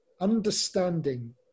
understanding